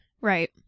Right